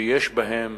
שיש בהם